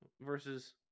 versus